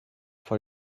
for